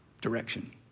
direction